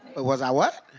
was i what?